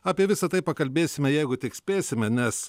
apie visa tai pakalbėsime jeigu tik spėsime nes